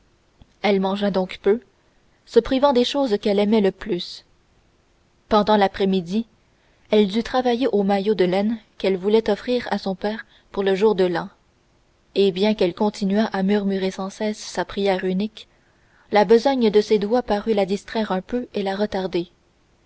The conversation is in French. elle mangea donc peu se privant des choses qu'elle aimait le plus pendant l'après-midi elle dut travailler au maillot de laine qu'elle voulait offrir à son père pour le jour de l'an et bien qu'elle continuât à murmurer sans cesse sa prière unique la besogne de ses doigts parut la distraire un peu et la retarder